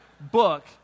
book